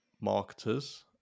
marketers